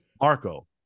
Marco